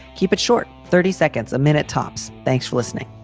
keep it short. thirty seconds a minute, tops. thanks for listening